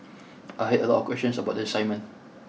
I had a lot questions about the assignment